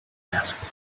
asked